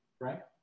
right